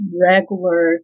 Regular